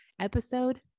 episode